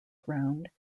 ground